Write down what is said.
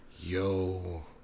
yo